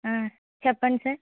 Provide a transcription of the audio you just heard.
చెప్పండి సార్